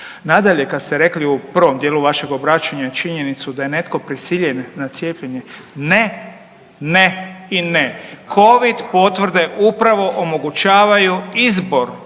Nadalje, kad ste rekli u prvom dijelu vašeg obraćanja činjenicu da je netko prisiljen na cijepljenje, ne, ne i ne covid potvrde upravo omogućavaju izbor,